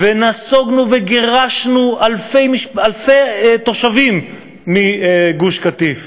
ונסוגונו וגירשנו אלפי תושבים מגוש-קטיף.